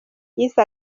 yise